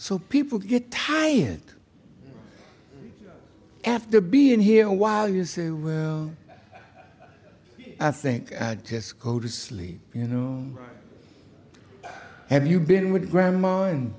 so people get tired after being here while you say i think i just go to sleep you know have you been with grandma and